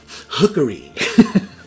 hookery